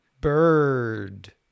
bird